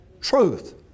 truth